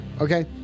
Okay